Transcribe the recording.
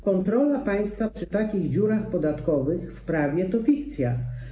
Kontrola państwa przy takich dziurach podatkowych w prawie to fikcja.